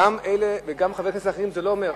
גם אלה וגם חברי כנסת אחרים, זה לא אומר.